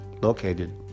located